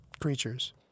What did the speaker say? creatures